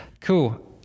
Cool